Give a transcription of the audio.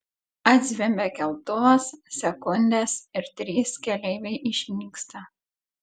atzvimbia keltuvas sekundės ir trys keleiviai išnyksta